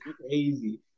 crazy